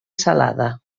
salada